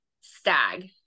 stag